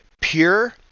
Pure